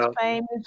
famous